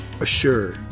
assure